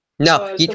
No